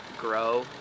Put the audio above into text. grow